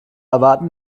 erwarten